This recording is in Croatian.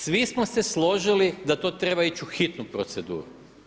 Svi smo se složili da to treba ići u hitnu proceduru.